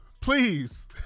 Please